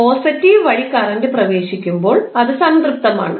positive വഴി current പ്രവേശിക്കുമ്പോൾ അത് സംതൃപ്തമാണ്